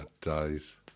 days